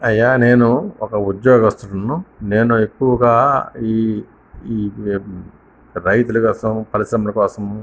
అయ్యా నేను ఒక ఉద్యోగస్తుడను నేను ఎక్కువగా ఈ ఈ రైతుల కోసం పరిశ్రమల కోసం